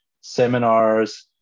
seminars